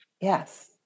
Yes